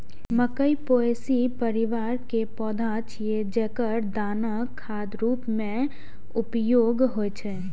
मकइ पोएसी परिवार के पौधा छियै, जेकर दानाक खाद्य रूप मे उपयोग होइ छै